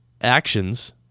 actions